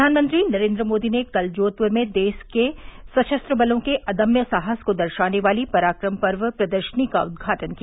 प्रधानमंत्री नरेन्द्र मोदी ने कल जोधपुर में देश के सशस्त्र बलों के अदम्य साहस को दर्शाने वाली पराक्रम पर्व प्रदर्शनी का उद्घाटन किया